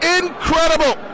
incredible